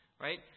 Right